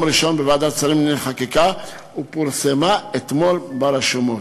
ראשון בוועדת שרים לענייני חקיקה ופורסמה אתמול ברשומות.